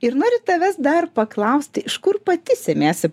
ir noriu tavęs dar paklausti iš kur pati semiesi